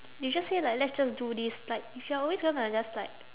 you just say like let's just do this like if you're always gonna just like